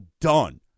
done